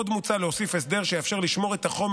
עוד מוצע להוסיף הסדר שיאפשר לשמור את החומר